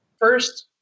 first